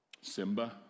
Simba